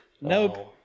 nope